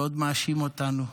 ועוד מאשים אותנו.